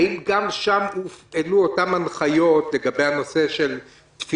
האם גם שם הופעלו אותן הנחיות לגבי תפילה